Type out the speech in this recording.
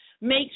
Make